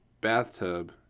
bathtub